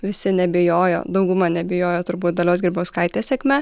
visi neabejojo dauguma neabejojo turbūt dalios grybauskaitės sėkme